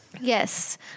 Yes